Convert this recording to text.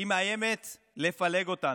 היא מאיימת לפלג אותנו,